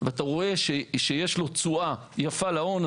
ואתה רואה שיש לו תשואה יפה להון.